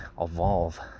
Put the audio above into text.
evolve